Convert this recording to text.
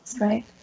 right